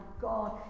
God